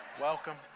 Welcome